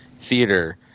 theater